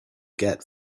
get